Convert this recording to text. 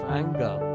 anger